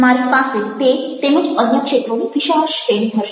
મારી પાસે તે તેમજ અન્ય ક્ષેત્રોની વિશાળ શ્રેણી હશે